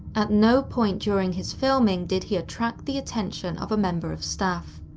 at no point during his filming did he attract the attention of a member of staff.